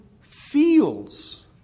feels